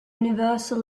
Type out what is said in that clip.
universal